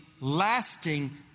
lasting